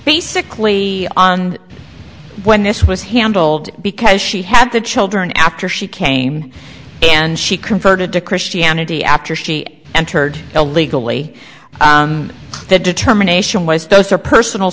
basically on when this was handled because she had the children after she came and she converted to christianity after she entered illegally the determination was her personal